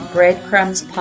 Breadcrumbs